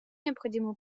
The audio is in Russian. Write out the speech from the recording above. необходимую